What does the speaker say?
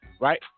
right